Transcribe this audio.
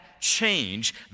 change